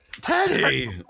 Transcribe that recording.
Teddy